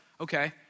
Okay